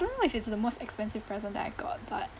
don't know if it's in the most expensive present that I got but